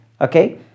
Okay